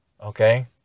okay